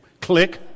Click